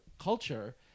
culture